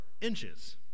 inches